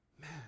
Man